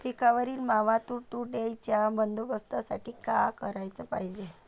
पिकावरील मावा अस तुडतुड्याइच्या बंदोबस्तासाठी का कराच पायजे?